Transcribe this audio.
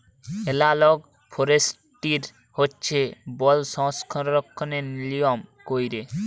এলালগ forestry হছে বল সংরক্ষলের লিয়ম ক্যইরে